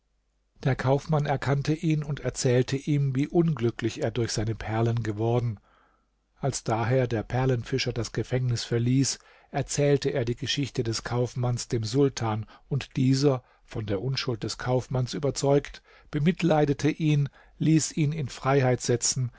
der kaufmann erkannte ihn und erzählte ihm wie unglücklich er durch seine perlen geworden als daher der perlenfischer das gefängnis verließ erzählte er die geschichte des kaufmanns dem sultan und dieser von der unschuld des kaufmanns überzeugt bemitleidete ihn ließ ihn in freiheit setzen